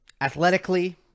Athletically